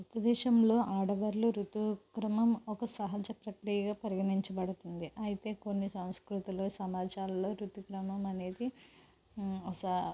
భారతదేశంలో ఆడవాళ్ళ రుతుక్రమం ఒక సహజ ప్రక్రియగా పరిగణించబడుతుంది అయితే కొన్ని సంస్కృతులు సమాజాల్లో రుతుక్రమం అనేది